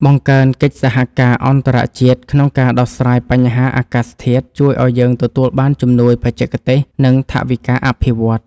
បង្កើនកិច្ចសហការអន្តរជាតិក្នុងការដោះស្រាយបញ្ហាអាកាសធាតុជួយឱ្យយើងទទួលបានជំនួយបច្ចេកទេស និង ថវិកាអភិវឌ្ឍន៍។